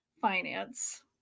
finance